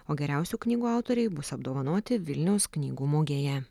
o geriausių knygų autoriai bus apdovanoti vilniaus knygų mugėje